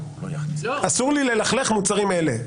אסור לי ללכלך מוצרים אלה.